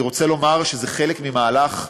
אני רוצה לומר שזה חלק ממהלך.